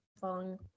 following